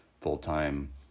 full-time